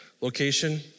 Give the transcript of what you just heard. location